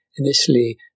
Initially